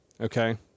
okay